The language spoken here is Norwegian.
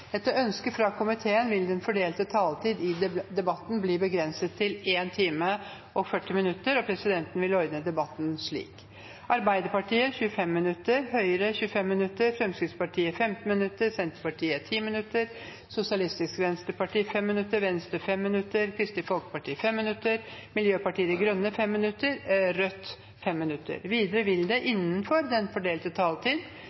Etter ønske fra utenriks- og forsvarskomiteen vil debatten bli begrenset til 1 time og 40 minutter, og presidenten vil ordne debatten slik: Arbeiderpartiet 25 minutter, Høyre 25 minutter, Fremskrittspartiet 15 minutter, Senterpartiet 10 minutter, Sosialistisk Venstreparti 5 minutter, Venstre 5 minutter, Kristelig Folkeparti 5 minutter, Miljøpartiet De Grønne 5 minutter og Rødt 5 minutter. Videre vil det